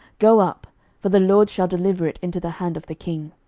go up for the lord shall deliver it into the hand of the king.